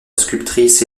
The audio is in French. sculptrice